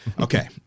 Okay